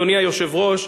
אדוני היושב-ראש,